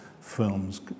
films